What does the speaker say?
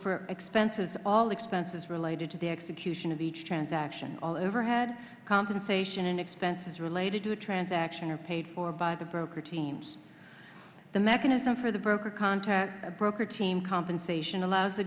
for expenses all expenses related to the execution of each transaction all overhead compensation and expenses related to a transaction are paid for by the broker teams the mechanism for the broker contact broker team compensation allows the